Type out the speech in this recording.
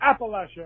Appalachia